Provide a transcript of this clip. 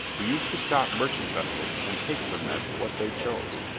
who used to stop merchant vessels and take from them what they chose.